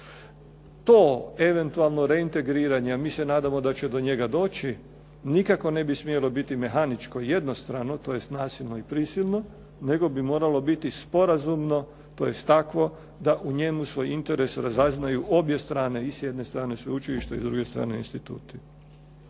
To eventualno reintegriranje, a mi se nadamo da će do njega doći, nikako ne bi smjelo biti mehaničko jednostavno tj. nasilno i prisilno, nego bi moralo biti sporazumno, tj. takvo da u njemu svoje interese razaznaju obje strane, i s jedne strane sveučilišta i s druge strane instituti.